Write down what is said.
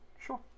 Sure